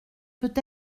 peut